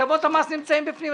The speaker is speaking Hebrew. הטבות המס נמצאות בפנים,